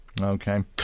Okay